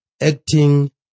acting